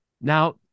Now